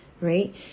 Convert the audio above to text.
right